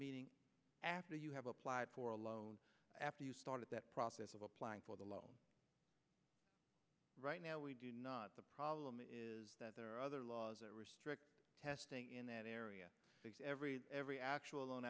meeting after you have applied for a loan after you started that process of applying for the low right now we do not the problem is that there are other laws that restrict testing in that area every every actual loan a